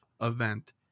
event